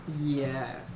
Yes